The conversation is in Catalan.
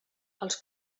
els